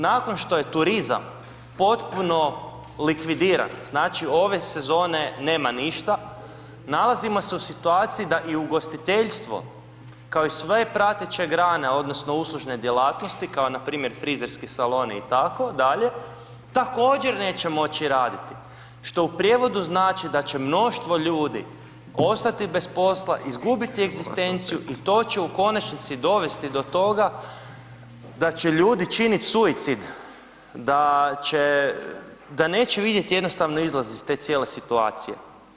Nakon što je turizam potpuno likvidiran, znači ove sezone nema ništa, nalazimo se u situaciji da i ugostiteljstvo, kao i sve prateće grane odnosno uslužne djelatnosti kao npr. frizerski saloni itd. također neće moći raditi, što u prijevodu znači da će mnoštvo ljudi ostati bez posla, izgubiti egzistenciju i to će u konačnici dovesti do toga da će ljudi činit suicid, da će, da neće vidjet jednostavno izlaz iz te cijele situacije.